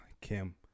Kim